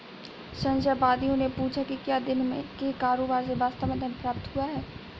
संशयवादियों ने पूछा कि क्या दिन के कारोबार से वास्तव में धन प्राप्त हुआ है